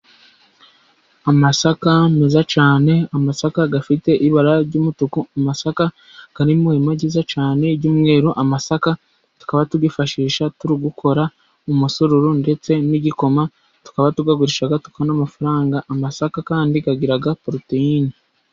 Amasaka meza cyane, amasaka afite ibara ry'umutuku, amasaka ari mu ihema ryiza cyane ry'umweru, amasaka tukaba tuyifashisha turigukora umusururu ndetse n'igikoma, tukaba tuyagurisha tukabona amafaranga, amasaka kandi ikagira poroteyine.